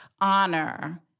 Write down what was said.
honor